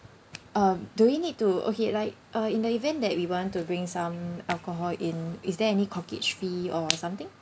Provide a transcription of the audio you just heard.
um do we need to okay like uh in the event that we want to bring some alcohol in is there any corkage fee or something